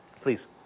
Please